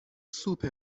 سوپ